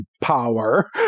power